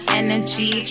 energy